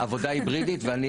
עבודה היברידית, ואני